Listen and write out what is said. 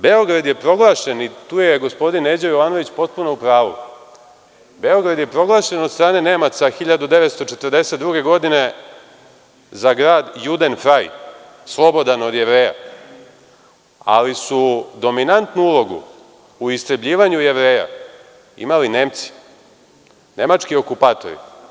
Beograd je proglašen, i tu je gospodin Neđo Jovanović potpuno u pravu, Beograd je proglašen od strane Nemaca 1942. godine za grad „juden fraj“, slobodan od Jevreja, ali su dominantu ulogu u istrebljivanju Jevreja imali Nemci, nemački okupatori.